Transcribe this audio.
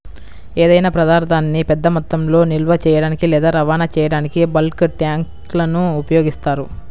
ఏదైనా పదార్థాన్ని పెద్ద మొత్తంలో నిల్వ చేయడానికి లేదా రవాణా చేయడానికి బల్క్ ట్యాంక్లను ఉపయోగిస్తారు